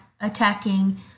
attacking